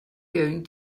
going